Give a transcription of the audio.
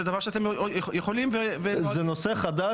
זה דבר שאתם יכולים --- זה נושא חדש,